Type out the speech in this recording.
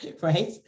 right